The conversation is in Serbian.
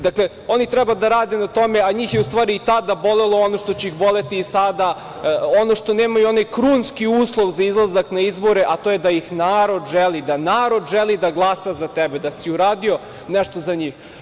Dakle, oni treba da rade na tome, a njih je u stvari i tada bolelo ono što će ih boleti i sada, ono što nemaju, onaj krunski uslov za izlazak na izbore, a to je da ih narod želi, da narod želi da glasa za tebe, da si uradio nešto za njih.